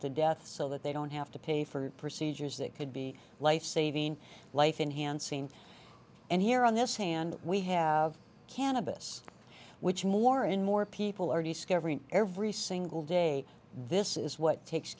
to death so that they don't have to pay for procedures that could be life saving life enhancing and here on this hand we have cannabis which more and more people are discovering every single day this is what takes